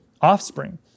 offspring